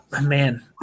man